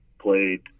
played –